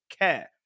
care